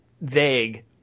vague